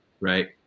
right